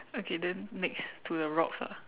okay then next to the rocks ah